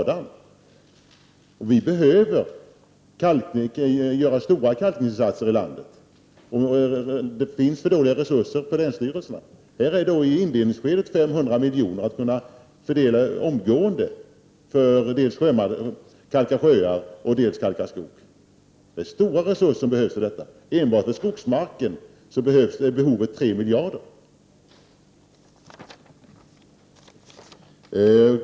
Det behöver göras stora kalkningsinsatser i landet, och det finns för dåliga resurser på länsstyrelserna. Här är då i inledningsskedet 500 miljoner att fördela omgående för att dels kalka sjöar, dels kalka skog. Det är stora resurser som behövs för detta. Enbart för skogsmarken är behovet 3 miljarder.